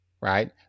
right